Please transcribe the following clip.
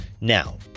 Now